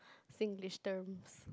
Singlish terms